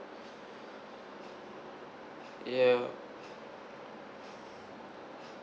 yeah